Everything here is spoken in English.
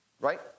Right